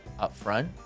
upfront